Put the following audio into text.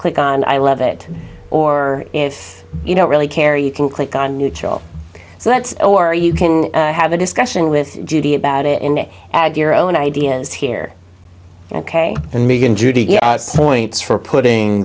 click on i love it or if you don't really care you can click on neutral so that's or you can have a discussion with judy about it in it add your own ideas here ok and megan judy points for putting